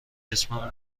اسمم